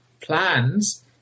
plans